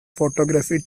photography